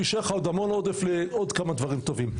ויישאר לך עוד המון עודף לעוד כמה דברים טובים.